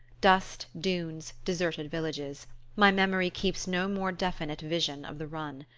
dust, dunes, deserted villages my memory keeps no more definite vision of the run.